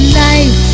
life